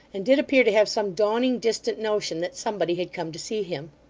and did appear to have some dawning distant notion that somebody had come to see him.